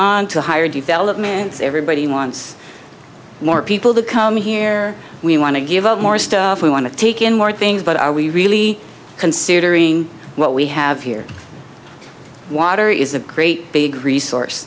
on to higher developments everybody wants more people to come here we want to give out more stuff we want to take in more things but are we really considering what we have here water is a great big resource